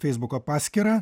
feisbuko paskyrą